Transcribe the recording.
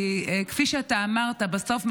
כי כפי שאתה אמרת בסוף,